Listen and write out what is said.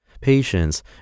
patience